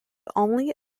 only